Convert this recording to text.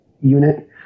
unit